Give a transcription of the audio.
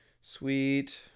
Sweet